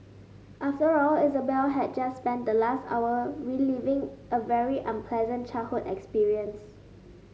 after all Isabel had just spent the last hour reliving a very unpleasant childhood experience